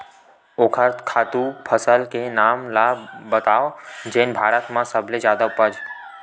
ओखर खातु फसल के नाम ला बतावव जेन भारत मा सबले जादा उपज?